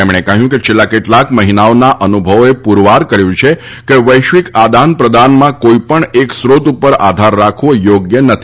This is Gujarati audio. તેમણે કહ્યું કે છેલ્લાં કેટલાંક મહિનાઓના અનુભવોએ પુરવાર કર્યું છે કે વૈશ્વિક આદાન પ્રદાનમાં કોઈપણ એક સ્રોત ઉપર આધાર રાખવો યોગ્ય નથી